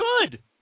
good